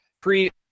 pre